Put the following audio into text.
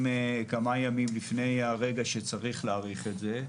כמה ימים לפני הרגע שצריך להאריך את זה,